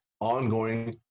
ongoing